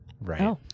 Right